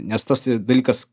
nes tas dalykas